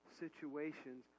situations